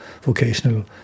vocational